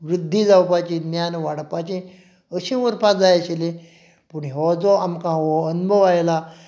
वृद्धी जावपाची ज्ञान वाडपाची अशीं उरपाक जाय आशिल्लीं पूण हो जो आमकां हो अणभव आयला